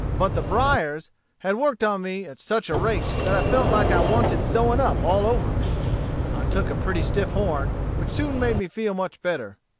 but the briers had worked on me at such a rate that i felt like i wanted sewing up all over. i took a pretty stiff horn, which soon made me feel much better.